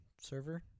server